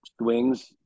swings